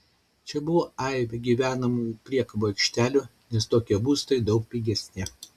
čia buvo aibė gyvenamųjų priekabų aikštelių nes tokie būstai daug pigesni